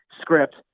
script